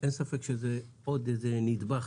ואין ספק שזה עוד איזה נדבך,